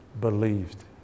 believed